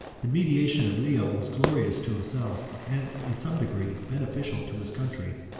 the mediation of leo was glorious to himself, and in some degree beneficial to his country.